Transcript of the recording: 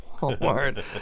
Walmart